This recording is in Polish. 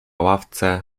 ławce